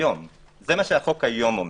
זה מה שהחוק היום אומר.